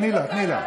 תני לה, תני לה.